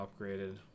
upgraded